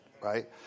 right